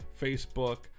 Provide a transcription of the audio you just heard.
Facebook